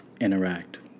interact